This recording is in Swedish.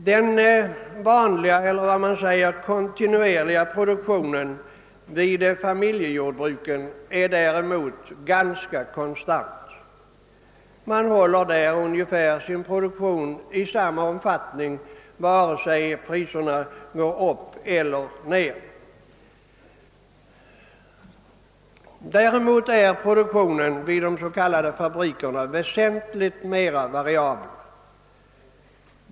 Den vanliga eller vad man kallar kontinuerliga produktionen vid familjejordbruken är däremot ganska konstant. Man uppehåller där sin produktion i ungefär samma omfattning vare sig priserna går upp eller ner. Däremot är produktionen vid de s.k. fabrikerna väsentligt mera variabel.